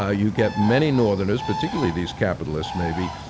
ah you get many northerners, particularly these capitalists, maybe,